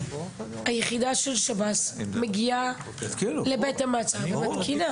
היחידה של שב"ס מגיעה לבית המעצר ומתקינה.